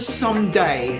someday